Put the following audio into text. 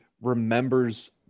remembers